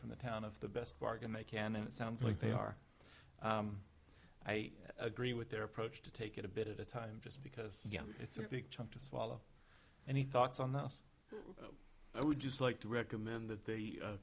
from the town of the best bargain they can and it sounds like they are i agree with their approach to take it a bit at a time just because it's a big chunk to swallow any thoughts on the house i would just like to recommend that they